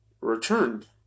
returned